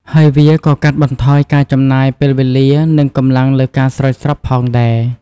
ហើយវាក៏កាត់បន្ថយការចំណាយពេលវាលា និងកម្លាំងលើការស្រោចស្រពផងដែរ។